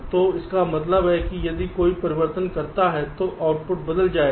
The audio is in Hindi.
तो इसका मतलब है कि यदि कोई भी परिवर्तन करता है तो आउटपुट बदल जाएगा